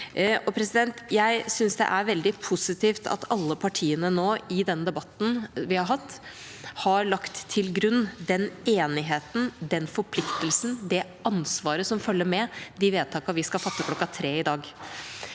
landforsvar. Jeg synes det er veldig positivt at alle partiene nå, i debatten vi har hatt, har lagt til grunn den enigheten, den forpliktelsen og det ansvaret som følger med de vedtakene vi skal fatte kl. 15 i dag.